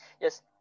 yes